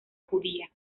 judía